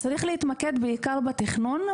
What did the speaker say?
צריך להתמקד בעיקר בתכנון,